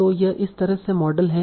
और यह इस तरह से मॉडल है